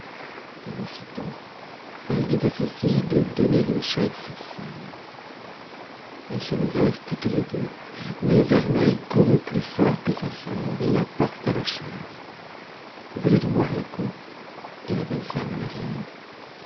et aussitôt elle dit à ses filles de donner une chaise à cette femme elles se levèrent toutes les deux mais vermeille courut plus fort que sa sœur et apporta la chaise voulez-vous boire un coup dit la bonne femme à la vieille